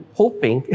hoping